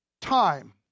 time